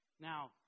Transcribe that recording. Now